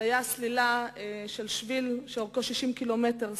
היתה סלילה של שביל שאורכו 60 קילומטר,